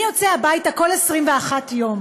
אני יוצא הביתה כל 21 יום,